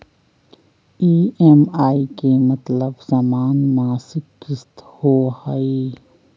EMI के मतलब समान मासिक किस्त होहई?